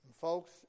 Folks